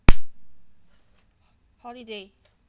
holiday